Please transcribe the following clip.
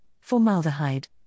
formaldehyde